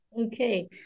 Okay